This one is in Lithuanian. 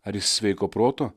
ar jis sveiko proto